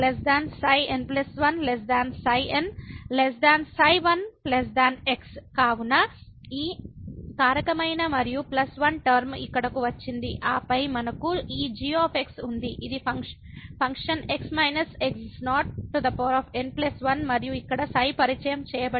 ξ1 x కావున ఈ కారకమైన మరియు ప్లస్ 1 టర్మ ఇక్కడకు వచ్చింది ఆపై మనకు ఈ g ఉంది ఇది ఫంక్షన్ n 1 మరియు ఇక్కడ ξ పరిచయం చేయబడిన ఇక్కడ ξn 1